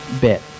bit